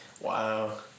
Wow